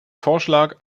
vorschlag